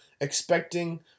expecting